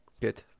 Good